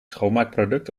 schoonmaakproduct